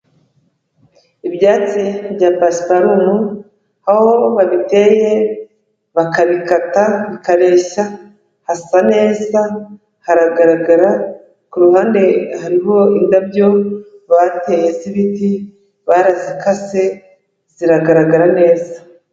Ibyatsi bya pasiparumu, aho babiteye bakabikata bikareshya, hasa neza haragaragara ku ruhande hariho indabyo bateye z'ibiti barazikase ziragaragara neza.